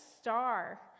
star